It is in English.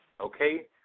okay